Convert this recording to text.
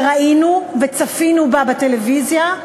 וראינו וצפינו בה בטלוויזיה,